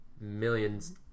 millions